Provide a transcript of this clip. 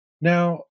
Now